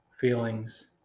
feelings